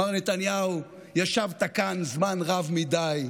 מר נתניהו, ישבת כאן זמן רב מדי.